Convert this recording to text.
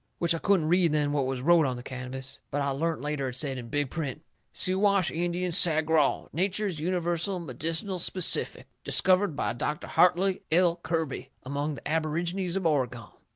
which i couldn't read then what was wrote on the canvas, but i learnt later it said, in big print siwash indian sagraw. nature's universal medicinal specific. discovered by dr. hartley l. kirby among the aborigines of oregon.